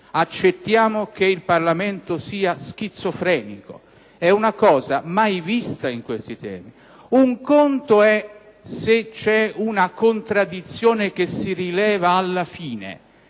accettiamo che il Parlamento sia schizofrenico. È una cosa mai vista in questi termini. Un conto è se c'è una contraddizione che si rileva alla fine: